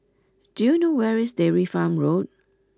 do you know where is Dairy Farm Road